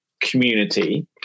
community